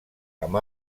amb